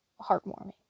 heartwarming